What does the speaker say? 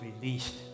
released